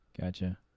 gotcha